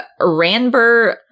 Ranbir